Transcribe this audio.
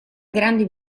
grande